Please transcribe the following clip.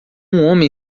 homem